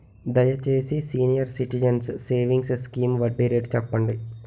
దయచేసి senior citizens savings scheme వడ్డీ rate చెప్పండి